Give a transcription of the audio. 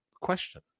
question